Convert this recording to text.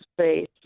space